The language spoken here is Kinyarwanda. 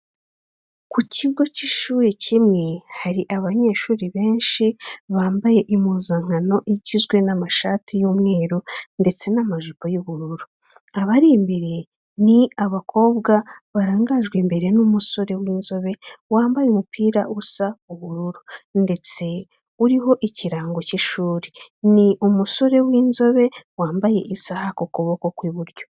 Ku kigo cy'ishuri kimwe hari abanyeshuri benshi bambaye impuzankano igizwe n'amashati y'umweru ndetse n'amajipo y'ubururu. Abari imbere ni abakobwa barangajwe imbere n'umusore w'inzobe wambaye umupira usa ubururu ndetse uriho ikirango cy'ishuri. Ni umusore w'inzobe wambaye isaha ku kuboko kw'iburyo.